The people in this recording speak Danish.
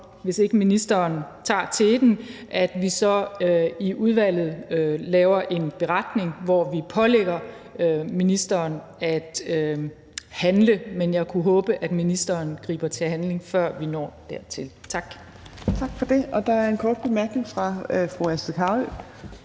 hvis ikke ministeren tager teten – at vi så i udvalget laver en beretning, hvor vi pålægger ministeren at handle. Men jeg kunne håbe, at ministeren griber til handling, før vi når dertil. Tak.